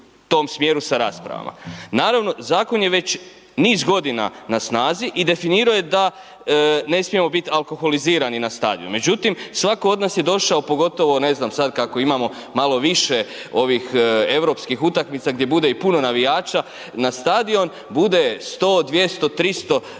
na stadion, bude 100, 200, 300